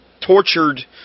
tortured